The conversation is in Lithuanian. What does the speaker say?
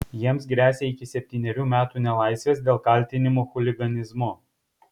jiems gresia iki septynerių metų nelaisvės dėl kaltinimų chuliganizmu